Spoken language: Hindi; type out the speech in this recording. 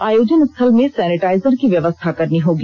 आयोजन स्थल में सैनिटाइजर की व्यवस्था करनी होगी